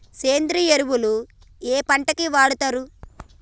సేంద్రీయ ఎరువులు ఏ పంట కి వాడుతరు?